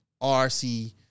RC